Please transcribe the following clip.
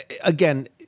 again